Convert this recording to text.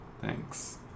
Thanks